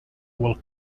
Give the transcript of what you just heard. will